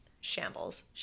shambles